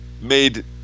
made